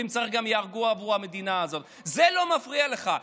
ואם צריך גם ייהרגו עבור המדינה זה לא מפריע לך.